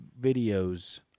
videos